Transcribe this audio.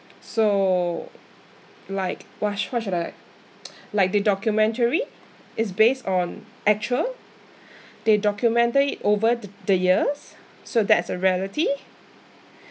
so like what what should I like the documentary is based on actual they documented it over the the years so that's a reality